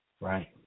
right